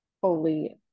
fully